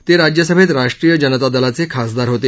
ते राज्यसभेत राष्ट्रीय जनता दलाचे खासदार होते